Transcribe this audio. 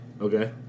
Okay